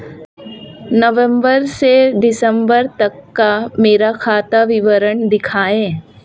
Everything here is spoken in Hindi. नवंबर से दिसंबर तक का मेरा खाता विवरण दिखाएं?